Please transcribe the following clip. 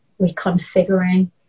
reconfiguring